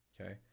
Okay